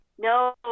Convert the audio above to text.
No